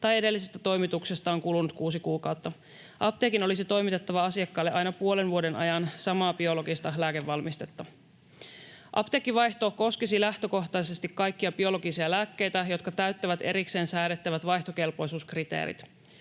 tai edellisestä toimituksesta on kulunut kuusi kuukautta. Apteekin olisi toimitettava asiakkaalle aina puolen vuoden ajan samaa biologista lääkevalmistetta. Apteekkivaihto koskisi lähtökohtaisesti kaikkia biologisia lääkkeitä, jotka täyttävät erikseen säädettävät vaihtokelpoisuuskriteerit.